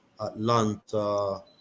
Atlanta